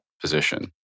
position